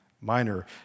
Minor